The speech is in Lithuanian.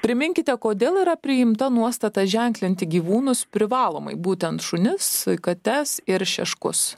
priminkite kodėl yra priimta nuostata ženklinti gyvūnus privalomai būtent šunis kates ir šeškus